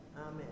amen